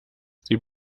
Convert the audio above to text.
sie